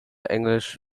english